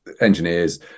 engineers